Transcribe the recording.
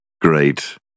Great